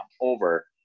over